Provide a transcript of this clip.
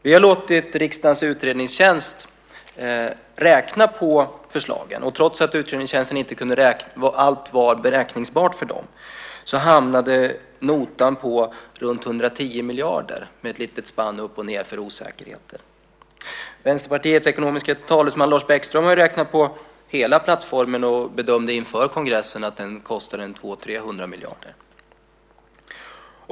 Vi har låtit riksdagens utredningstjänst räkna på förslagen, och trots att allt inte var beräkningsbart för dem så hamnade notan på runt 110 miljarder med ett litet spann upp och ned för osäkerheter. Vänsterpartiets ekonomiska talesman Lars Bäckström har ju räknat på hela plattformen och bedömde inför kongressen att den kostade 200-300 miljarder.